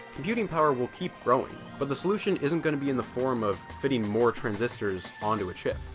computing power will keep growing, but the solution isn't going to be in the form of fitting more transistors onto a chip.